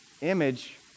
image